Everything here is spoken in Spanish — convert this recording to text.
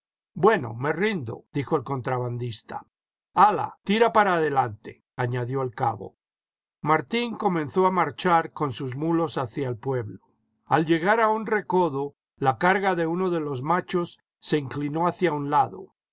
bueno me rindo dijo el contrabandista hala tira para adelante añadió el cabo martín comenzó a marchar con sus mulos hacia el pueblo al llegar a un recodo la carga de uno de los machos se inclinó hacia un lado